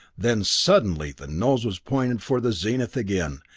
then suddenly the nose was pointed for the zenith again,